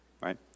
right